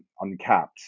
uncapped